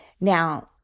Now